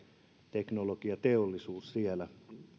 teknologiateollisuus siellä